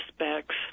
aspects